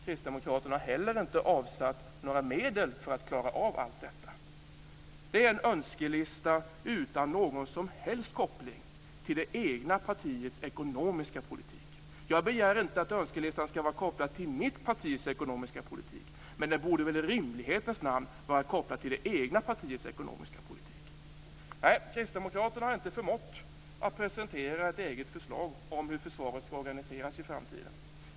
Kristdemokraterna har inte heller avsatt några medel för att klara av allt detta. Det är en önskelista utan någon som helst koppling till det egna partiets ekonomiska politik. Jag begär inte att önskelistan ska vara kopplad till mitt partis ekonomiska politik. Men den borde väl i rimlighetens namn vara kopplad till det egna partiets ekonomiska politik? Nej, kristdemokraterna har inte förmått att presentera ett eget förslag om hur försvaret ska organiseras i framtiden.